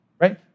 right